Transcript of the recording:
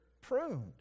pruned